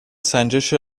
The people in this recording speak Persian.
سنجش